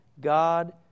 God